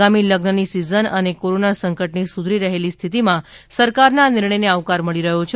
આગામી લઝનની સિઝન અને કોરોના સંકટની સુધરી રહેલી સ્થિતિમાં સરકારના આ નિર્ણયને આવકાર મળી રહ્યો છે